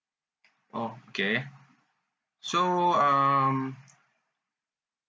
okay so um